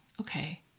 Okay